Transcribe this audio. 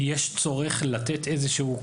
יש צורך לתת איזשהו,